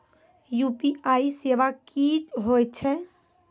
UPI सेवा की होय छै?